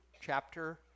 chapter